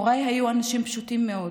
הוריי היו אנשים פשוטים מאוד,